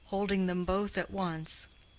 holding them both at once,